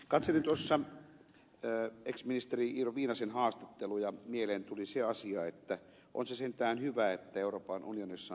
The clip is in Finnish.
katselin tuossa ex ministeri iiro viinasen haastattelun ja mieleeni tuli se asia että on se sentään hyvä että euroopan unionissa on tämä yhteisvaluutta